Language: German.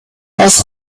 aus